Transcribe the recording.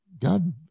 God